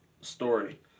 story